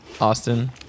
Austin